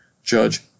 Judge